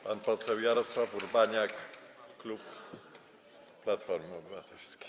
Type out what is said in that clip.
Pan poseł Jarosław Urbaniak, klub Platformy Obywatelskiej.